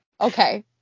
okay